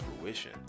fruition